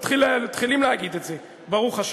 מתחילים להגיד את זה, ברוך השם,